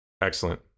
Excellent